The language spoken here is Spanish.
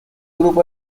grupos